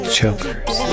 chokers